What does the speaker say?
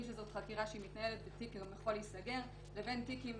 שזאת חקירה שמתנהלת בתיק והוא יכול גם להיסגר לבין תיק עם